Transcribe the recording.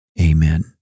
amen